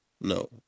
No